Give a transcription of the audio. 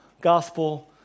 gospel